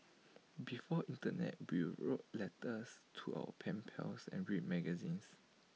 before Internet we wrote letters to our pen pals and read magazines